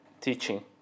teaching